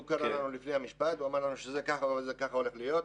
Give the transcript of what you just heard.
הוא קרא לנו לפני המשפט והוא אמר לנו שזה כך וכך הולך להיות.